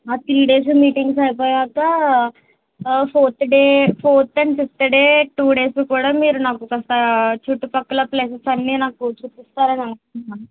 ఆ three days meetings అయిపోయినాకా fourth day fourth day and fifth day two days కూడా మీరు నాకు కాస్త చుట్టుపక్కలప్లేసెస్ అన్నీ నాకు చూపిస్తారు అని అనుకుంటున్నాను